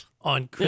On